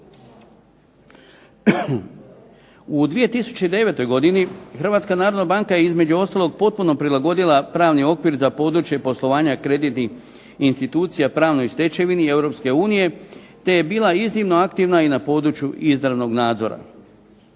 U 2009. godine HNB-a je između ostalog potpuno prilagodila pravni okvir za područje poslovanja kreditnih institucija pravnoj stečevini Europske unije, te je bila iznimno aktivna i na području izravnog nadzora.